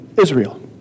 Israel